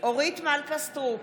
אורית מלכה סטרוק,